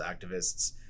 activists